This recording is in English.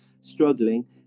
struggling